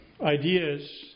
ideas